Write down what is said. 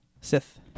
Sith